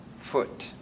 foot